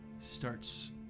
Starts